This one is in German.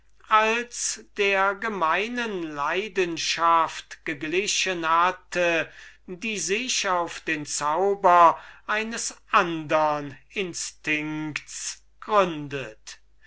als derjenigen geglichen hatte welche sich auf die zauberei eines andern instinkts gründet